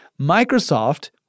Microsoft